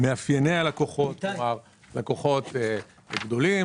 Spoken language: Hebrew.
מאפייני הלקוחות - לקוחות גדולים,